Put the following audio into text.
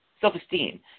Self-esteem